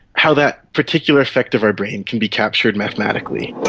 how that particular effect of our brain can be captured mathematically.